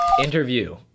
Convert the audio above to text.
interview